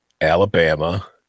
Alabama